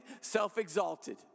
self-exalted